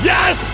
Yes